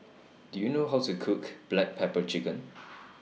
Do YOU know How to Cook Black Pepper Chicken